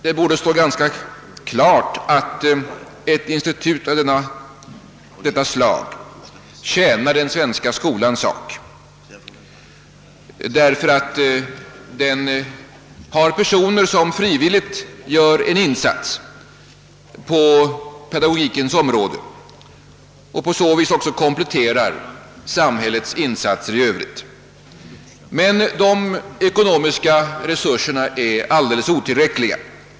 Det borde väl stå klart att ett institut av detta slag tjänar vår skolas sak, eftersom institutets verksamhet bedrivs av människor som frivilligt gör en insats på pedagogikens område och därigenom också kompletterar samhällets insatser i övrigt. De ekonomiska resurserna är emellertid alldeles otillräckliga.